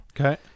Okay